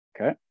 Okay